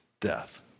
death